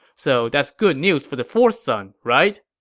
so that's good news for the fourth son, right?